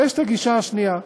ויש הגישה השנייה,